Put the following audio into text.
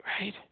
right